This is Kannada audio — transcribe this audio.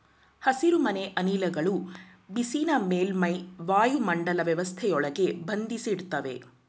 ಹಸಿರುಮನೆ ಅನಿಲಗಳು ಬಿಸಿನ ಮೇಲ್ಮೈ ವಾಯುಮಂಡಲ ವ್ಯವಸ್ಥೆಯೊಳಗೆ ಬಂಧಿಸಿಡ್ತವೆ